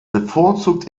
bevorzugt